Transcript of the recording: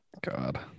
God